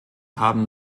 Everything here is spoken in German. haben